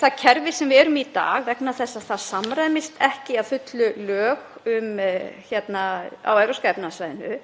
það kerfi sem við erum í í dag vegna þess að það samræmist ekki að fullu lögum á Evrópska efnahagssvæðinu